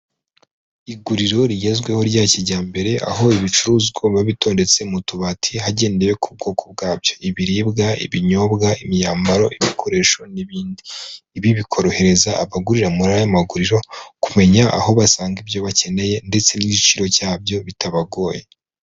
Iguriro rigezweho rya kijyambere, aho ibicuruzwa biba bitondetse mu tubati hagendewe ku bwoko bwabyo, ibiribwa, ibinyobwa, imyambaro, ibikoresho, n'ibindi ibi bikorohereza abagurira muri aya maguriro kumenya aho basanga ibyo bakeneye ndetse n'igiciro cyabyo bitabagoye.